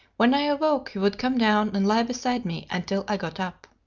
when i awoke, he would come down and lie beside me until i got up.